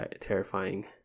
terrifying